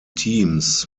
teams